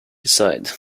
decide